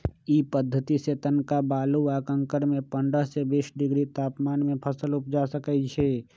इ पद्धतिसे तनका बालू आ कंकरमें पंडह से बीस डिग्री तापमान में फसल उपजा सकइछि